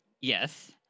Yes